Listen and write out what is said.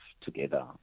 together